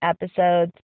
episodes